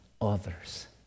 others